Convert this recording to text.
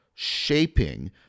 shaping